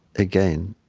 again,